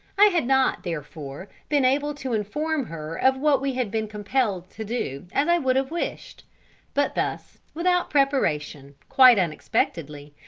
i had not, therefore, been able to inform her of what we had been compelled to do, as i would have wished but thus, without preparation, quite unexpectedly,